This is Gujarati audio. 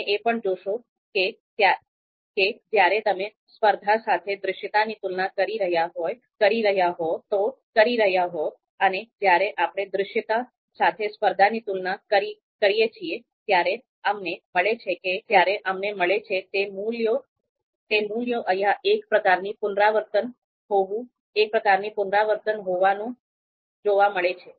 તમે એ પણ જોશો કે જ્યારે તમે સ્પર્ધા સાથે દૃશ્યતાની તુલના કરી રહ્યા હો અને જ્યારે આપણે દૃશ્યતા સાથે સ્પર્ધાની તુલના કરીએ છીએ ત્યારે અમને મળે છે તે મૂલ્યો અહીં એક પ્રકારની પુનરાવર્તન હોવાનું જોવા મળે છે